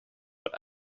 what